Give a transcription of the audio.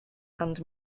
and